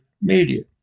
Media